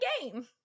game